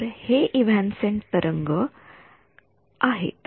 तर हे इव्हॅन्सेंट तरंग आहेत